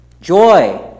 Joy